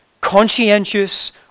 conscientious